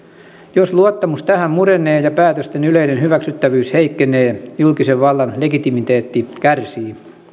jos luottamus tähän murenee ja päätösten yleinen hyväksyttävyys heikkenee julkisen vallan legitimiteetti kärsii